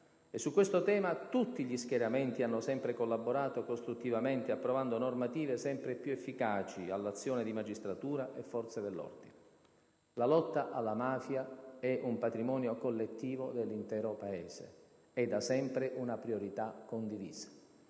E su questo tema tutti gli schieramenti hanno sempre collaborato costruttivamente, approvando normative sempre più efficaci all'azione di magistratura e forze dell'ordine. La lotta alla mafia è un patrimonio collettivo dell'intero Paese; è da sempre una priorità condivisa.